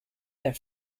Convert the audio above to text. their